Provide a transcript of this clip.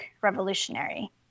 revolutionary